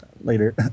later